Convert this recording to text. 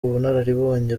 ubunararibonye